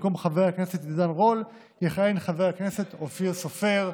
במקום חבר הכנסת עידן רול יכהן חבר הכנסת אופיר סופר.